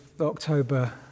October